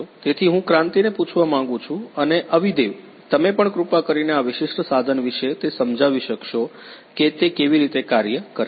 તેથી હું ક્રાંતિને પૂછવા માંગુ છું અને અવિદેવ તમે પણ કૃપા કરીને આ વિશિષ્ટ સાધન વિશે તે સમજાવી શકશો કે તે કેવી રીતે કાર્ય કરે છે